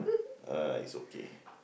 uh it's okay